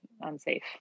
unsafe